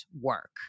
work